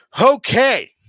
Okay